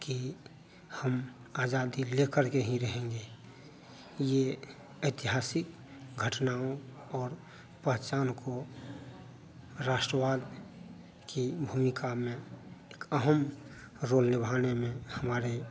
कि हम आज़ादी लेकर के ही रहेंगे यह ऐतिहासिक घटनाओं और पहचान को राष्ट्रवाद की भूमिका में अहम रोल निभाने में हमारे